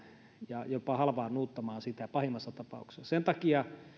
ja jopa halvaannuttamaan sitä pahimmassa tapauksessa sen takia